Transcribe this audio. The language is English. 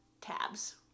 Tabs